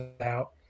out